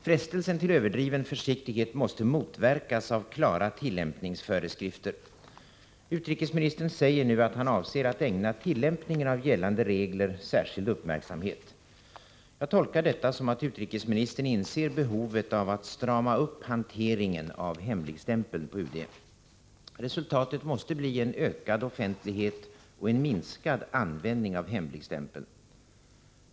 Frestelsen till överdriven försiktighet måste motverkas av klara tillämpningsföreskrifter. Utrikesministern säger nu, att han avser att ägna tillämpningen av gällande regler särskild uppmärksamhet. Jag tolkar detta som att utrikesministern inser behovet av att strama upp hanteringen av hemligstämpeln inom UD. Resultatet måste bli ökad offentlighet och minskad användning av hemligstämpeln.